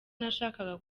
nashakaga